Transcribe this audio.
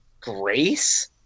Grace